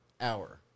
hour